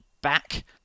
back